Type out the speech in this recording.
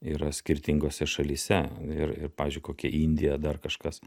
yra skirtingose šalyse ir ir pavyzdžiui kokia indija dar kažkas